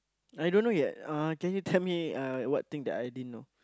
I don't know yet uh can you tell me uh what thing that I didn't know